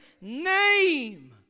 name